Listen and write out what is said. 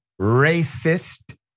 racist